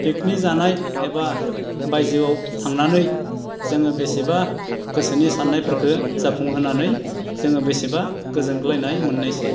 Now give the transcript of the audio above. picnic जानाय एबा बायजोआव थांनानै जोङो बेसेबा गोसोनि साननायफोरखो जाफुंहोनानै जोङो बेसेबा गोजोनग्लायनाय मोननायसै